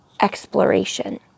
exploration